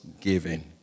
giving